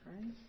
Right